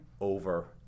Over